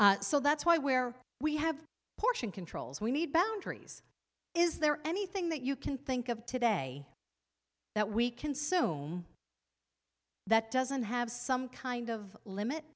in so that's why where we have portion controls we need boundaries is there anything that you can think of today that we consume that doesn't have some kind of limit